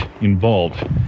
involved